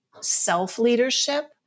self-leadership